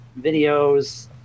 videos